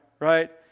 right